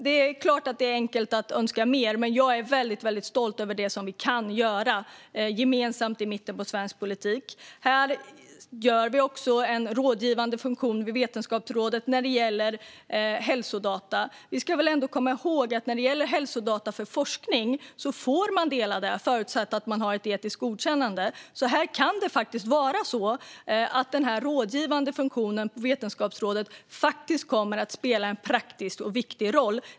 Det är såklart enkelt att önska mer. Men jag är väldigt stolt över det vi kan göra gemensamt i mitten av svensk politik. Vi inrättar också en rådgivande funktion i Vetenskapsrådet när det gäller hälsodata. Vi ska komma ihåg att man får dela hälsodata för forskning, förutsatt att man har etiskt godkännande. Den rådgivande funktionen på Vetenskapsrådet kan alltså komma att spela en praktisk och viktig roll.